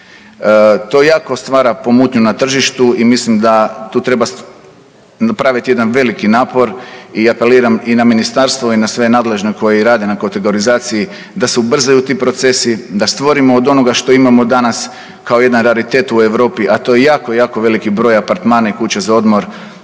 To jako stvara pomutnju na tržištu i mislim da tu treba napravit jedan veliki napor i apeliram i na ministarstvo i na sve nadležne koji rade na kategorizaciji da se ubrzaju ti procesi, da stvorimo od onoga što imamo danas kao jedan …/Govornik se ne razumije/… u Europi, a to je jako, jako veliki broj apartmana i kuća za odmor